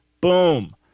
Boom